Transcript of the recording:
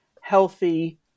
healthy